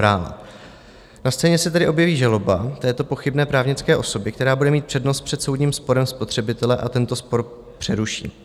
Na scéně se tedy objeví žaloba této pochybné právnické osoby, která bude mít přednost před soudním sporem spotřebitele, a tento spor přeruší.